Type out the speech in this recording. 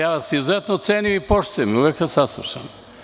Ja vas izuzetno cenim i poštujem i uvek vas saslušam.